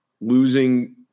Losing